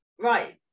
right